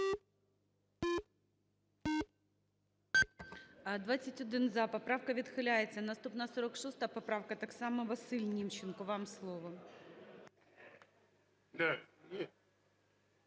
За-21 Поправка відхиляється. Наступна 46 поправка, так само Василь Німченко. Вам слово.